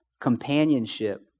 companionship